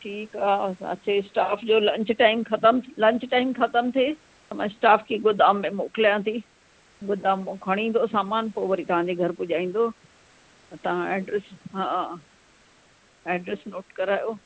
ठीकु आहे अचे स्टाफ़ जो लंच टाइम ख़तमु लंच टाइम ख़तमु थिए त मां स्टाफ़ खे गोदाम मेंं मोकिलियां थी गोदाम मां खणी ईंदो सामानु पोइ वरी तव्हांजे घरु पुॼाईंदो ऐं तव्हां एड्रस हा एड्रस नोट करायो